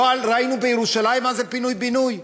לא ראינו בירושלים מה זה פינוי-בינוי?